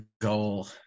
goal